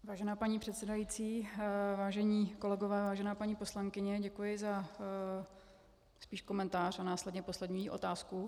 Vážená paní předsedající, vážení kolegové, vážená paní poslankyně, děkuji za spíš komentář a následně poslední otázku.